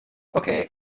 okay